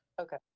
okay